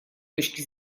точки